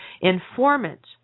informant